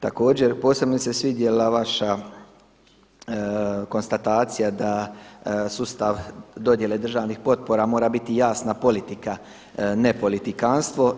Također, posebno mi se svidjela vaša konstatacija da sustav dodjele državnih potpora mora biti jasna politika, ne politikanstvo.